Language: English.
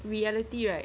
reality right